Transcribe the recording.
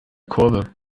kurve